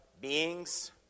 beings